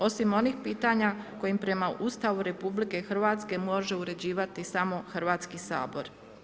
Osim onih pitanja kojima prema Ustavu RH može uređivati samo Hrvatski sabor.